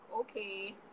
okay